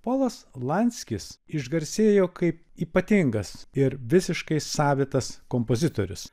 polas lanskis išgarsėjo kaip ypatingas ir visiškai savitas kompozitorius